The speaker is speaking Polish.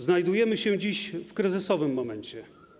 Znajdujemy się dziś w kryzysowym momencie.